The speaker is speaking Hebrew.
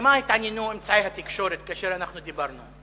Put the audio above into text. במה התעניינו אמצעי התקשורת כאשר אנחנו דיברנו?